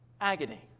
agony